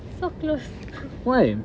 so close